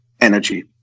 energy